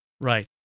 Right